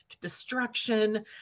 destruction